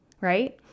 right